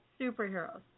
superheroes